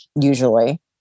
Usually